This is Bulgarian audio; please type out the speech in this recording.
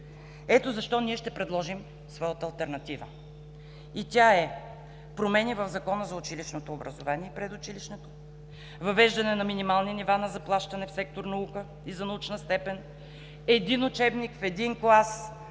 Ето защо ние ще предложим своята алтернатива и тя е: промени в Закона за училищното и предучилищното образование, въвеждане на минимални нива на заплащане в сектор „Наука“ и за научна степен, един учебник в един клас